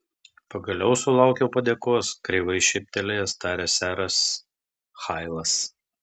pagaliau sulaukiau padėkos kreivai šyptelėjęs tarė seras hailas